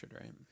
right